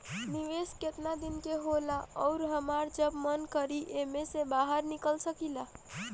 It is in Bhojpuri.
निवेस केतना दिन के होला अउर हमार जब मन करि एमे से बहार निकल सकिला?